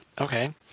Okay